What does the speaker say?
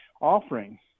offering